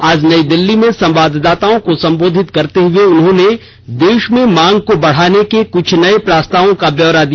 आज नई दिल्ली में संवाददाताओं को संबोधित करते हुए उन्होंने देश में मांग को बढाने के कुछ नये प्रस्तावों का ब्यौरा दिया